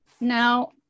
Now